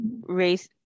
race